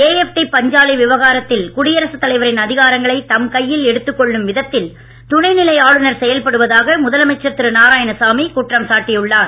AFT பஞ்சாலை விவகாரத்தில் குடியரசு தலைவரின் அதிகாரங்களை தம் கையில் எடுத்துக் கொள்ளும் விதத்தில் துணை நிலை ஆளுநர் செயல்படுவதாக முதலமைச்சர் திரு நாராயணசாமி குற்றம் சாட்டி உள்ளார்